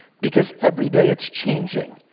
because every day it's changing,